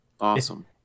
awesome